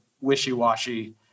wishy-washy